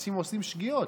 אנשים עושים שגיאות.